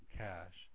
cash